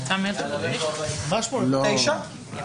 הישיבה ננעלה בשעה 22:01.